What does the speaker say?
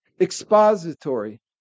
Expository